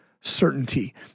certainty